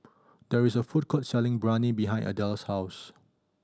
there is a food court selling Biryani behind Adella's house